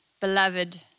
Beloved